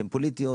שהן פוליטיות,